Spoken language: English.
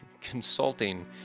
consulting